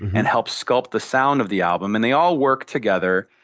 and help sculpt the sound of the album, and they all work together,